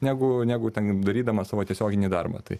negu negu ten darydamas savo tiesioginį darbą tai